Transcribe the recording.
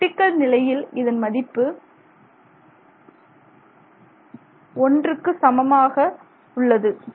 critical நிலையில் இதன் மதிப்பு ஒன்றுக்கு சமமாக உள்ளது